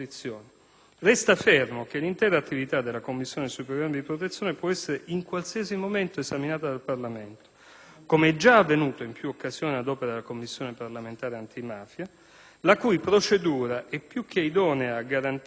Resta fermo che l'intera attività della commissione sui programmi di protezione può essere in qualsiasi momento esaminata dal Parlamento, come è già avvenuto in più occasioni ad opera della Commissione parlamentare antimafia, la cui procedura è più che idonea a garantire